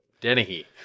Dennehy